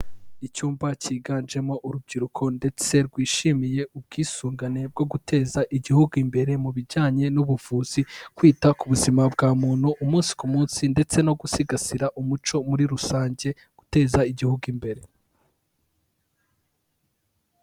Icyumba cyiganjemo urubyiruko ndetse rwishimiye ubwisungane bwo guteza igihugu imbere mu bijyanye n'ubuvuzi, kwita ku buzima bwa muntu umunsi ku munsi ndetse no gusigasira umuco muri rusange, guteza igihugu imbere.